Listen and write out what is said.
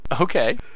Okay